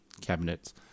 cabinets